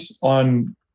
on